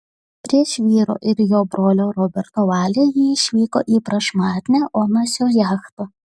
prieš vyro ir jo brolio roberto valią ji išvyko į prašmatnią onasio jachtą